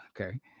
Okay